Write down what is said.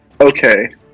Okay